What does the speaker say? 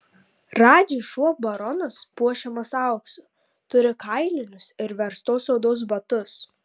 radži šuo baronas puošiamas auksu turi kailinius ir verstos odos batus